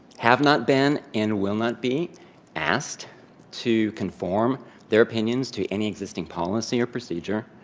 have not been, and will not be asked to conform their opinions to any existing policy or procedure.